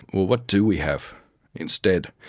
what do we have instead?